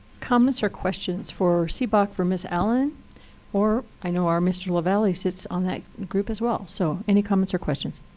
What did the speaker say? comments or questions for cboc for miss allen or i know our mr. lavalley sits on that group as well. so any comments or questions?